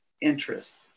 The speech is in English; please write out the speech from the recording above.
interest